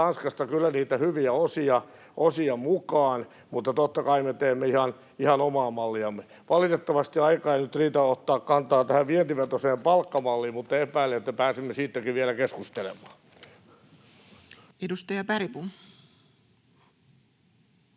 Tanskasta kyllä niitä hyviä osia mukaan, mutta totta kai me teemme ihan omaa malliamme. Valitettavasti aika ei nyt riitä ottamaan kantaa tähän vientivetoiseen palkkamalliin, mutta epäilen, että pääsemme siitäkin vielä keskustelemaan. Edustaja Bergbom.